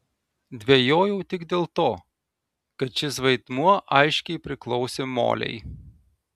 dvejojau tik dėl to kad šis vaidmuo aiškiai priklausė molei